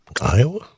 Iowa